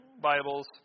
Bibles